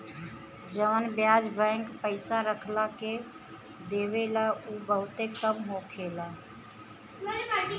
जवन ब्याज बैंक पइसा रखला के देवेला उ बहुते कम होखेला